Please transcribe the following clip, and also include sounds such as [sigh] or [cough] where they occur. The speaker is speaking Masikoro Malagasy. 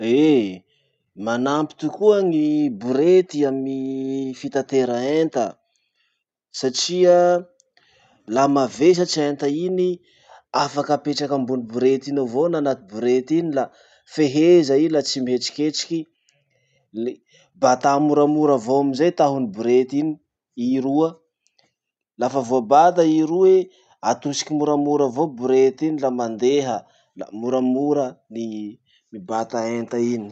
[noise] Eh! Manampy tokoa ny borety amy fitatera enta satria laha mavesatry enta iny, afaky apetraky ambony borety iny avao na anaty borety iny la feheza i la tsy mihetsiketsiky, le batà moramora avao amizay tahon'ny borety iny, i roa. Lafa voabata i roe, atosiky moramora avao borety iny la mandeha, la moramora ny mibata enta iny.